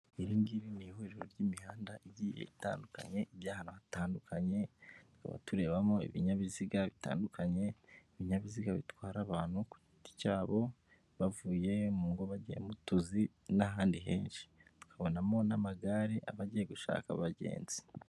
Iri ngiri ni ihuriro ry'imihanda igiye itandukanye, by'ahantu hatandukanye, tukaba turebamo ibinyabiziga bitandukanye, ibinyabiziga bitwara abantu ku giti cyabo, bavuye mu ngo bagiye mutuzi n'ahandi henshi, tukabonamo n'amagare abagiye gushaka abagenzi.